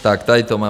Tak tady to mám.